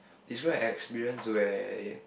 is right experience where